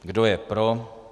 Kdo je pro?